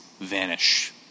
vanish